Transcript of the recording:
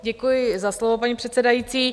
Děkuji za slovo, paní předsedající.